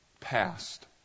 past